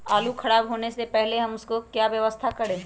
आलू खराब होने से पहले हम उसको क्या व्यवस्था करें?